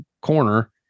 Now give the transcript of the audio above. corner